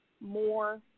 more